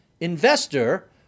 investor